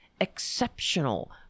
exceptional